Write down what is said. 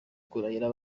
kurahira